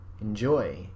Enjoy